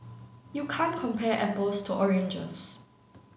you can't compare apples to oranges